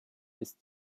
ist